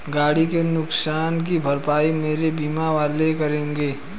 गाड़ी के नुकसान की भरपाई मेरे बीमा वाले करेंगे